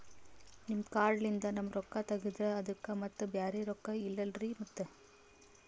ನಿಮ್ ಕಾರ್ಡ್ ಲಿಂದ ನಮ್ ರೊಕ್ಕ ತಗದ್ರ ಅದಕ್ಕ ಮತ್ತ ಬ್ಯಾರೆ ರೊಕ್ಕ ಇಲ್ಲಲ್ರಿ ಮತ್ತ?